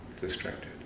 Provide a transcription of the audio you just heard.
distracted